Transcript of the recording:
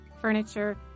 furniture